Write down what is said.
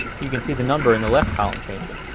you can see the number in the left column changing,